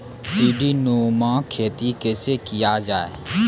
सीडीनुमा खेती कैसे किया जाय?